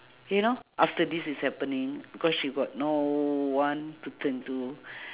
you know after this is happening because she got no one to turn to